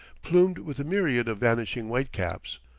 plumed with a myriad of vanishing white-caps.